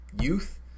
youth